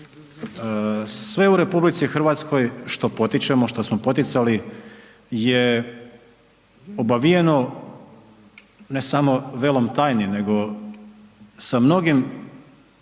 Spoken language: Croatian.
Sve u RH što potičemo, što smo poticali, je obavijeno ne samo velom tajni, nego sa mnogim,